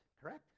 correct